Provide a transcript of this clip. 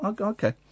Okay